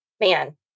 man